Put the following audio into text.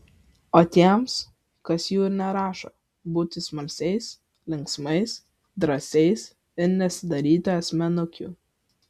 o tiems kas jų ir nerašo būti smalsiais linksmais drąsiais ir nesidaryti asmenukių